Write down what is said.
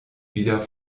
wieder